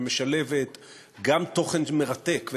שמשלבת גם תוכן מרתק,